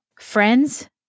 Friends